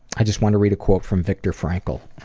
i just wanted to read a quote from victor frankel,